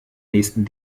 nächsten